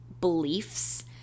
beliefs